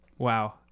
Wow